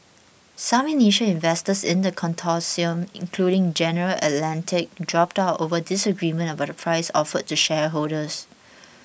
some initial investors in the consortium including General Atlantic dropped out over disagreement about the price offered to shareholders